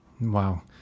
Wow